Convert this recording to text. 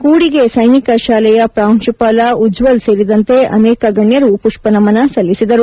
ಕೂಡಿಗೆ ಸ್ಟೆನಿಕ ಶಾಲೆಯ ಪ್ರಾಂಶುಪಾಲ ಉಜ್ವಲ್ ಸೇರಿದಂತೆ ಅನೇಕ ಗಣ್ಯರು ಪುಷ್ವ ನಮನ ಸಲ್ಲಿಸಿದರು